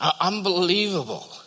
Unbelievable